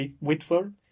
Whitford